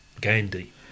Gandhi